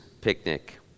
picnic